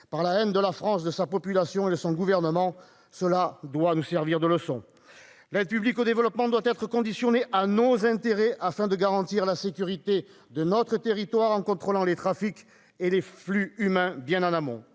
la haine, de sa population comme de son gouvernement, à l'égard de la France. Cela doit nous servir de leçon ! L'aide publique au développement doit être conditionnée à nos intérêts, afin de garantir la sécurité de notre territoire en contrôlant les trafics et les flux humains bien en amont.